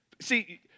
See